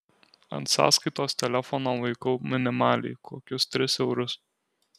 ant sąskaitos telefono laikau minimaliai kokius tris eurus